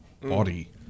body